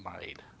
made